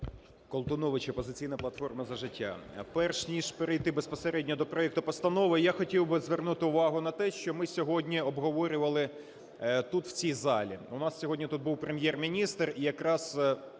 Колтунович, "Опозиційна платформа - За життя". Перш ніж перейти безпосередньо до проекту постанови, я хотів би звернути увагу на те, що ми сьогодні обговорювали тут в цій залі, у нас сьогодні тут був Прем'єр-міністр, і якраз